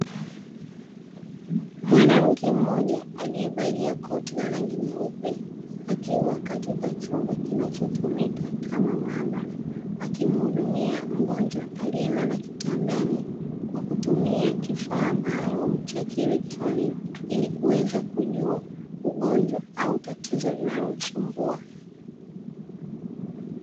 Mwanamke mmoja aliyevalia koti la rangi nyeupe, akiwa katika chumba kinachotumika kama maabara, akimhudumia mgonjwa aliyelala kitandani, kwa kutumia kifaa maalumu cha kielektroniki, ili kuweza kujua ugonjwa au tatizo linalomsumbua.